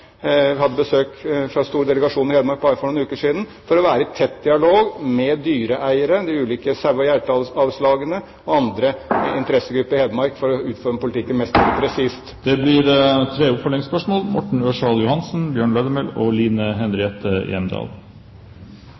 hadde besøk av en stor delegasjon fra Hedmark bare for noen uker siden – for å være i tett dialog med dyreeiere, de ulike sau- og geitavlslagene og andre interessegrupper i Hedmark for å utforme politikken mest mulig presist. Det blir tre oppfølgingsspørsmål – først Morten Ørsal Johansen.